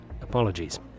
Apologies